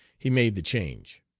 he made the change.